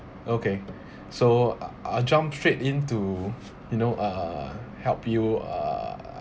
okay so ah I jump straight into you know uh help you uh